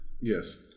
Yes